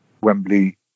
Wembley